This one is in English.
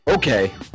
Okay